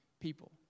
people